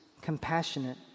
compassionate